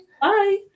bye